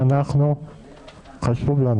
חשוב לנו